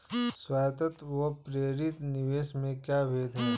स्वायत्त व प्रेरित निवेश में क्या भेद है?